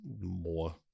more